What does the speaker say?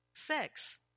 Sex